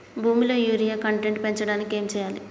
భూమిలో urea content పెంచడానికి ఏం చేయాలి?